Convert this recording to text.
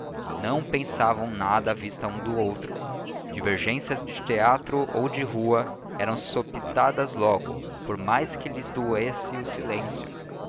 não pensavam nada à vista um do outro divergências de teatro ou de rua eram sopitadas logo por mais que lhes doesse o silêncio